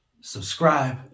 subscribe